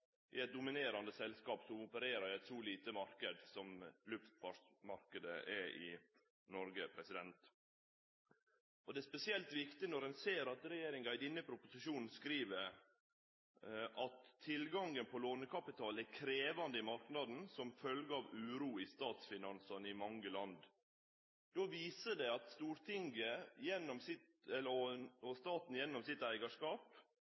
i eit dominerande selskap som opererer i ein så liten marknad som luftfartsmarknaden i Noreg er. Dette er spesielt viktig når ein ser at regjeringa i denne proposisjonen skriv at tilgangen til lånekapital er krevjande i marknaden som følgje av uro i statsfinansane i mange land. Det viser at Stortinget og staten gjennom